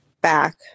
back